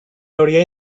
hauria